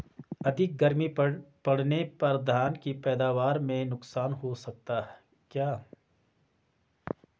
अधिक गर्मी पड़ने पर धान की पैदावार में नुकसान हो सकता है क्या?